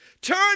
Turn